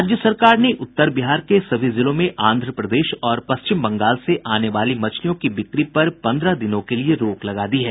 राज्य सरकार ने उत्तर बिहार के सभी जिलों में आंध्र प्रदेश और पश्चिम बंगाल से आने वाली मछलियों की बिक्री पर पन्द्रह दिनों के लिए रोक लगा दी है